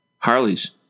Harleys